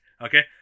okay